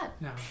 No